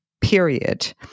period